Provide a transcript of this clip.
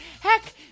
Heck